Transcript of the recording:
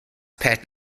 pet